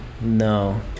No